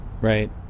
Right